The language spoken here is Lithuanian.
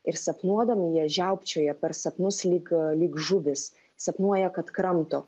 ir sapnuodami jie žiaukčioja per sapnus lyg lyg žuvys sapnuoja kad kramto